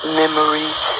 memories